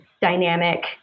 dynamic